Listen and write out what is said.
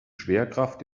schwerkraft